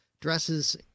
dresses